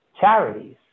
charities